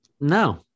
no